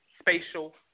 spatial